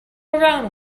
around